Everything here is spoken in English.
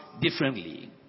differently